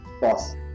boss